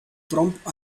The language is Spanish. trump